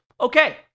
Okay